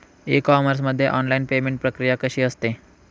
E commerce मध्ये online payment प्रक्रिया कशी असते?